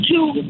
Two